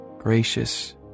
gracious